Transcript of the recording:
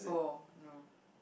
oh no